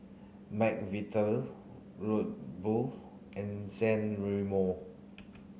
McVitie Red Bull and San Remo